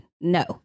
no